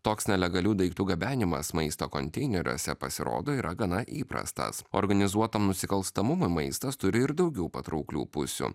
toks nelegalių daiktų gabenimas maisto konteineriuose pasirodo yra gana įprastas organizuotam nusikalstamumui maistas turi ir daugiau patrauklių pusių